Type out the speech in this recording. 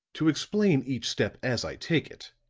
to explain each step as i take it,